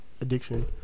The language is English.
addiction